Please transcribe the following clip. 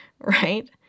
right